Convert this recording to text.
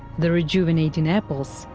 the rejuvenating apples,